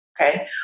Okay